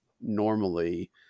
normally